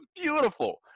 Beautiful